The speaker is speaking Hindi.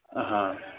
हाँ